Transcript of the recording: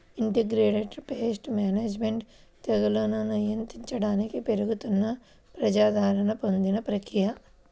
integrated pest management తెగుళ్లను నియంత్రించడానికి పెరుగుతున్న ప్రజాదరణ పొందిన ప్రక్రియ